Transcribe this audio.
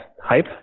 hype